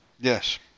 Yes